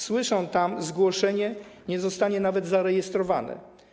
Słyszą tam: Zgłoszenie nie zostanie nawet zarejestrowane.